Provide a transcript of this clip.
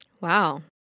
Wow